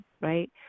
right